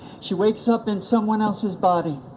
she wakes up in someone else's body,